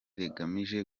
rigamije